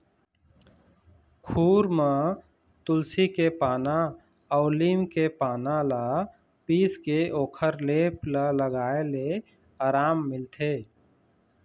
खुर म तुलसी के पाना अउ लीम के पाना ल पीसके ओखर लेप ल लगाए ले अराम मिलथे